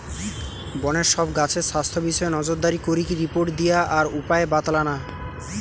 বনের সব গাছের স্বাস্থ্য বিষয়ে নজরদারি করিকি রিপোর্ট দিয়া আর উপায় বাৎলানা